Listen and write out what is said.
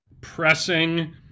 pressing